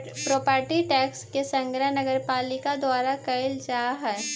property tax के संग्रह नगरपालिका द्वारा कैल जा हई